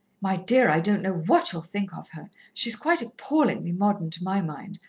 my dear, i don't know what you'll think of her! she's quite appallingly modern, to my mind,